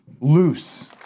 loose